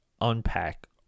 unpack